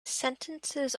sentences